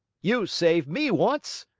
you saved me once,